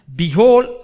behold